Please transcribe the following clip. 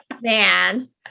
man